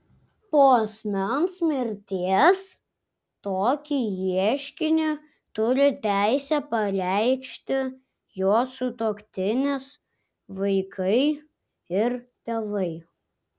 po asmens mirties tokį ieškinį turi teisę pareikšti jo sutuoktinis vaikai ir tėvai